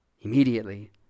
immediately